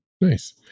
Nice